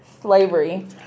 slavery